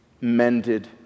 mended